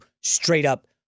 straight-up